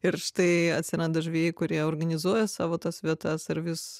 ir štai atsiranda žvejai kurie organizuoja savo tas vietas ir vis